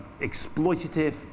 exploitative